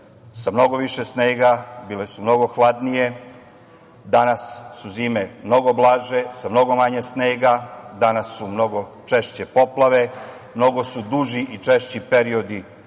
sa mnogo više snega, bile su mnogo hladnije". Danas su zime mnogo blaže, sa mnogo manje snega. Danas su mnogo češće poplave, mnogo su duži i češći periodi